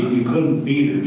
couldn't beat